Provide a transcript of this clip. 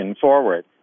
forward